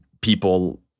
people